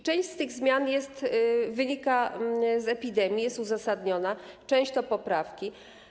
Część z tych zmian wynika z epidemii, jest uzasadniona, część to poprawki.